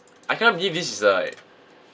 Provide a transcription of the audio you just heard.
I cannot believe this is a like